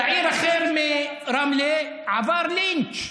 צעיר אחר מרמלה עבר לינץ'